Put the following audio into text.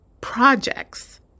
projects